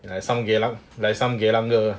you know some geylang like some geylang girl